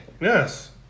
Yes